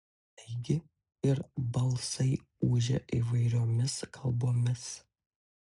taigi ir balsai ūžė įvairiausiomis kalbomis